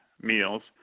meals